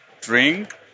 drink